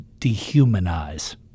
dehumanize